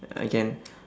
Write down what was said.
I can